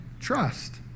trust